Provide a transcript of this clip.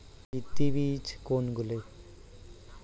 ভিত্তি বীজ কোনগুলি?